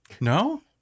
no